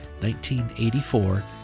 1984